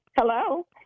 hello